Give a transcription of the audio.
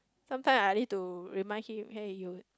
sometimes I need to remind him hey you